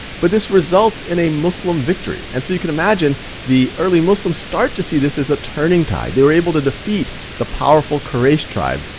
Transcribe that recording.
but this results in a muslim victory. and so you can imagine the early muslims start to see this as a turning tide. they were able to defeat the powerful quraysh tribe.